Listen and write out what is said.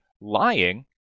lying